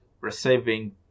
receiving